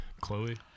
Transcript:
Chloe